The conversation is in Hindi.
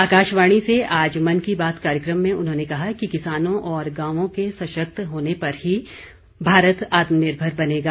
आकाशवाणी से आज मन की बात कार्यक्रम में उन्होंने कहा कि किसानों और गांवों के सशक्त होने पर ही भारत आत्मनिर्भर बनेगा